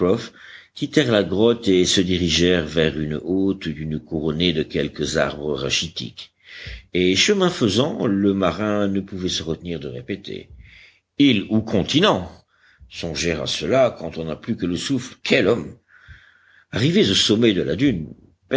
quittèrent la grotte et se dirigèrent vers une haute dune couronnée de quelques arbres rachitiques et chemin faisant le marin ne pouvait se retenir de répéter île ou continent songer à cela quand on n'a plus que le souffle quel homme arrivés au sommet de la dune